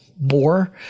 more